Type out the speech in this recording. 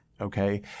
okay